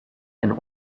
and